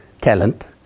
talent